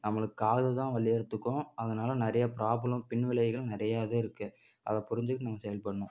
நம்மளுக்கு காது தான் வலி எடுத்துக்கும் அதனால நிறையா ப்ராப்ளம் பின்விளைவுகளும் நிறையா இது இருக்கு அதை புரிஞ்சுக்கிட்டு நம்ம செயல்படணும்